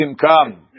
come